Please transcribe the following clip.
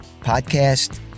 podcast